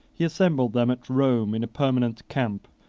he assembled them at rome, in a permanent camp,